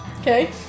Okay